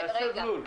להסב לול.